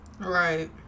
right